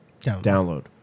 download